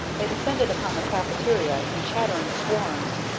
they descended upon the caffeteria in chattering swarms,